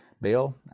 Bill